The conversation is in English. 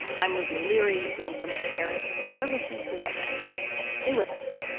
i'm lizzie o'leary, in for mary harris. and you're listening to what next stay with us